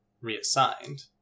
reassigned